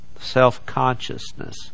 self-consciousness